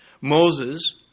Moses